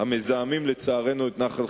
זיהום